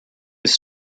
his